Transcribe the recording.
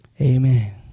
amen